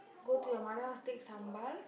go to your mother house take sambal